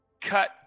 Cut